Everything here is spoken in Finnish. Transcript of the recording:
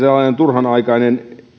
turhanaikainen